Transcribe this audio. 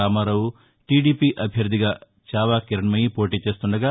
Ramarao TDP అభ్యర్థిగా చావా కిరణ్మయి పోటీ చేస్తుండగా